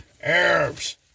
Arabs